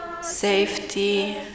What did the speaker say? safety